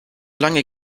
lange